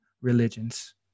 religions